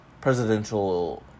presidential